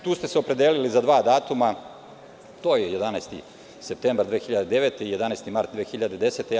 Tu ste se opredelili za dva datuma, a to je 11. septembar 2009. i 11. mart 2010. godine.